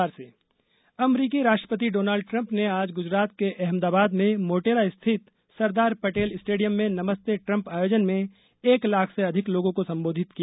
नमस्ते ट्रम्प अमरीकी राष्ट्रपति डोनल्ड ट्रम्प ने आज गुजरात के अहमदाबाद में मोटेरा स्थित सरदार पटेल स्टेडियम में नमस्ते ट्रम्प आयोजन में एक लाख से अधिक लोगों को सम्बोधित किया